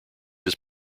his